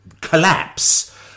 collapse